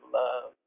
love